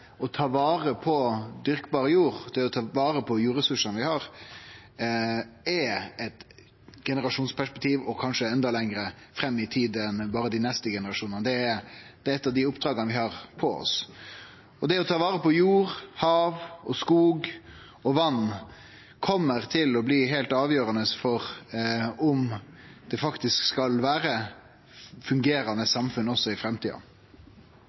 dyrkbar jord, å ta vare på jordressursane vi har, har eit generasjonsperspektiv, og ein må kanskje sjå endå lenger fram i tid enn til berre dei neste generasjonane. Det er eit av dei oppdraga vi har. Å ta vare på jord, hav, skog og vatn kjem til å bli heilt avgjerande for om det faktisk kjem til å vere fungerande samfunn også i framtida.